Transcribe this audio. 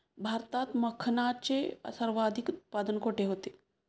भारतात मखनाचे सर्वाधिक उत्पादन कोठे होते?